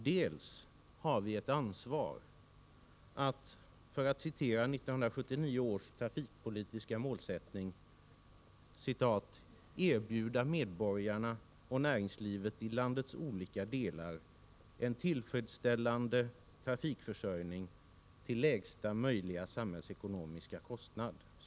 Dels har vi ett ansvar för att — för att citera 1979 års trafikpolitiska målsättning — erbjuda medborgarna och näringslivet i landets olika delar en tillfredsställande trafikförsörjning till lägsta möjliga samhällsekonomiska kostnad”.